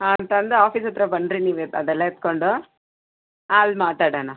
ಹಾಂ ತಂದು ಆಫೀಸ್ ಹತ್ರ ಬನ್ನಿರಿ ನೀವೆ ಅದೆಲ್ಲ ಎತ್ಕೊಂಡು ಅಲ್ಲಿ ಮಾತಾಡೋಣ